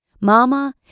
Mama